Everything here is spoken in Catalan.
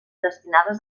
destinades